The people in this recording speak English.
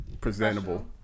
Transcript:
presentable